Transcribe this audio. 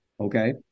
okay